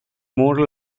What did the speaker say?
more